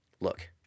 Look